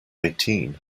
eighteen